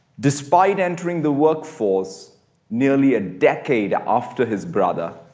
despite entering the workforce nearly a decade after his brother,